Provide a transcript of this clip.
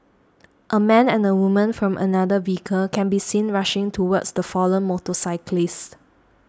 a man and a woman from another vehicle can be seen rushing towards the fallen motorcyclist